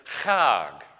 chag